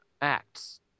acts